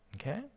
okay